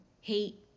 hate